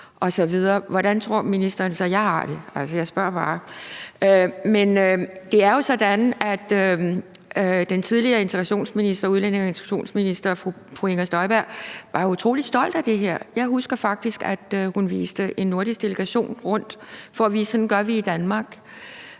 hvordan tror ministeren så, jeg har det? Jeg spørger bare. Men det er jo sådan, at den tidligere udlændinge- og integrationsminister Inger Støjberg var utrolig stolt af det her. Jeg husker faktisk, at hun viste en nordisk delegation rundt for at vise, at sådan gør vi i Danmark.